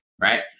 right